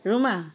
Ruma